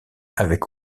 avec